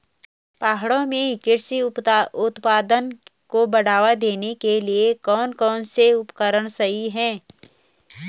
पहाड़ों में कृषि उत्पादन को बढ़ावा देने के लिए कौन कौन से उपकरण सही हैं?